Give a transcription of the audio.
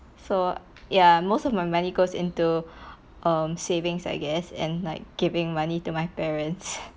so ya most of my money goes into um savings I guess and like giving money to my parents